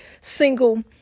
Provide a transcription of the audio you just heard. single